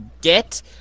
get